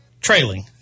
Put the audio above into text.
trailing